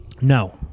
No